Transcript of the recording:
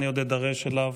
אני עוד אידרש אליו,